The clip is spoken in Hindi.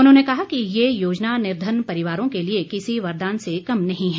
उन्होंने कहा कि ये योजना निर्धन परिवारों के लिए किसी वरदान से कम नहीं है